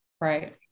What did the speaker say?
Right